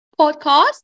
podcast